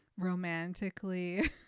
romantically